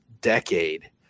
decade